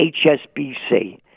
HSBC